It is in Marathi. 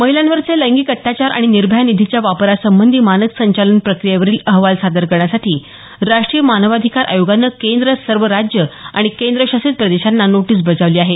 महिलांवरचे लैंगिक अत्याचार आणि निर्भया निधीच्या वापरासंबंधी मानक संचालन प्रक्रियेवरील अहवाल सादर करण्यासाठी राष्ट्रीय मानवाधिकार आयोगानं केंद्र सर्व राज्यं आणि केंद्रशासित प्रदेशांना नोटीस बजावली आहे